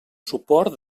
suport